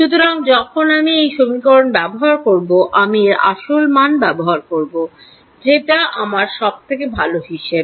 সুতরাং যখন আমি এই সমীকরণ ব্যবহার করব আমি এর আসল মান ব্যবহার করব যেটা আমার সবথেকে ভালো হিসাব